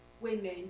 women